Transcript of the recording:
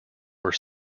were